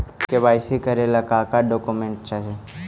KYC करे ला का का डॉक्यूमेंट चाही?